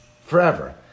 forever